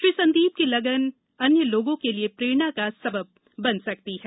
श्री संदीप की लगन अन्य लोगों के लिए प्रेरणा का सबब बन सकती है